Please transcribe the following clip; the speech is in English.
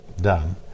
done